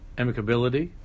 amicability